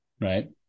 right